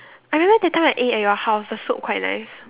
I remember that time I ate at your house the soup quite nice